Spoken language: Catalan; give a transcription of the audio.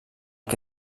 que